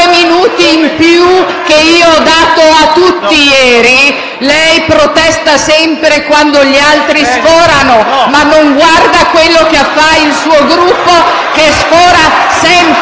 Gruppo PD)*. Lei protesta sempre quando gli altri sforano, ma non guarda quello che fa il suo Gruppo che sfora sempre ed io non interrompo